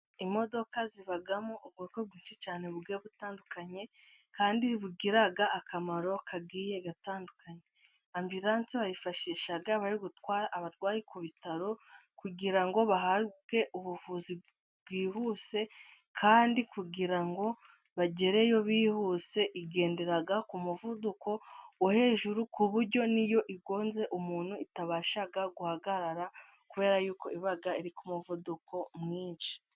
Imodoka zibamo ubwoko bwinshi cyane bugiye butandukanye, kandi bugira akamaro kagiye gatandukanye. Ambilanse bayifashisha bari gutwara abarwayi ku bitaro, kugira ngo bahabwe ubuvuzi bwihuse, kandi kugira ngo bagereyo bihuse. Igendera ku muvuduko wo hejuru, ku buryo n'iyo igonze umuntu itabasha guhagarara. Kubera yuko iba iri ku muvuduko mwinshi.